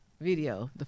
video